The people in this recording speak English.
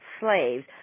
slaves